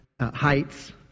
heights